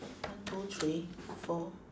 one two three four